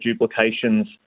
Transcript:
duplications